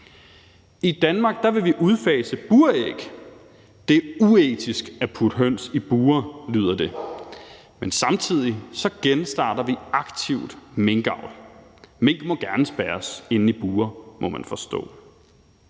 I Danmark vil vi udfase buræg – det er uetisk at putte høns i bure, lyder det – men samtidig genstarter vi aktivt minkavl. Mink må gerne spærres inde i bure, må man forstå.